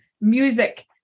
music